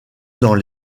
dans